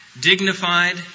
dignified